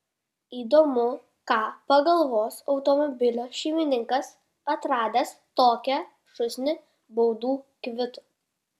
įdomu ką pagalvos automobilio šeimininkas atradęs tokią šūsnį baudų kvitų